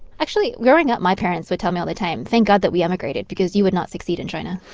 actually, growing up, my parents would tell me all the time, thank god that we emigrated because you would not succeed in china